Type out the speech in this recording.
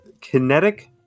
kinetic